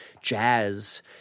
jazz